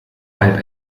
halb